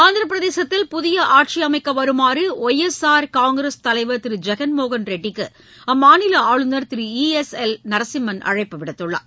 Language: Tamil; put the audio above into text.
ஆந்திரப்பிரதேசத்தில் புதிய ஆட்சி அமைக்க வருமாறு ஒய் எஸ் ஆர் காங்கிரஸ் தலைவர் திரு ஜெகன்மோகன் ரெட்டிக்கு அம்மாநில ஆளுநர் திரு ஈ எஸ் எல் நரசிம்மன் அழைப்பு விடுத்துள்ளார்